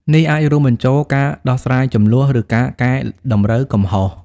នេះអាចរួមបញ្ចូលការដោះស្រាយជម្លោះ ឬការកែតម្រូវកំហុស។